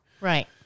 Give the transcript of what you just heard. Right